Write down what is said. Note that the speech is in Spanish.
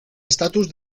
estatus